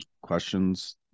questions